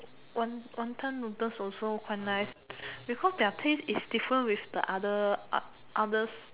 wanton noodles also quite nice because their taste is different with the other others